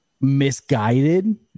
misguided